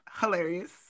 hilarious